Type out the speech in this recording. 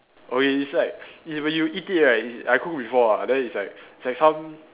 okay it's like e~ when you eat it right i~ I cook before ah then it's like it's like some